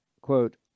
quote